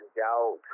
doubt